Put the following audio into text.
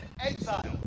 exile